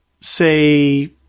say